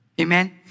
Amen